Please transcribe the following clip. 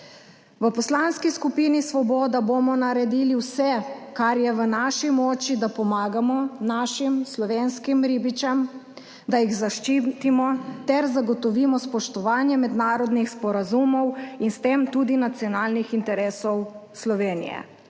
V Poslanski skupini Svoboda bomo naredili vse, kar je v naši moči, da pomagamo našim slovenskim ribičem, da jih zaščitimo ter zagotovimo spoštovanje mednarodnih sporazumov in s tem tudi nacionalnih interesov Slovenije.